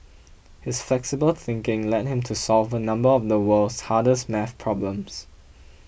his flexible thinking led him to solve a number of the world's hardest math problems